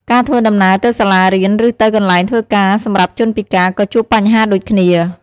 ការធ្វើដំណើរទៅសាលារៀន ឬទៅកន្លែងធ្វើការសម្រាប់ជនពិការក៏ជួបបញ្ហាដូចគ្នា។